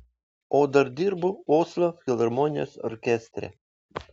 o dar dirbu oslo filharmonijos orkestre